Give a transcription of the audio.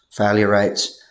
failure rates,